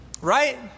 Right